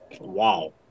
Wow